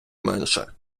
менше